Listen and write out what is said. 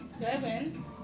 Seven